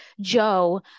Joe